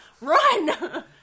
Run